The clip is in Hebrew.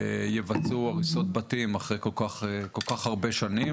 יבצעו הריסות בתים אחרי כל כך הרבה שנים,